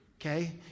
okay